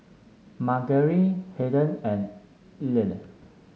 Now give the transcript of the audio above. Margery Haiden and Ila